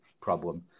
problem